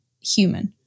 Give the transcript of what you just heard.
human